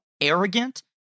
arrogant